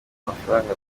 amafaranga